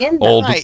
Old